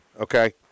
okay